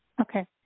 okay